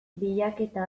bilaketa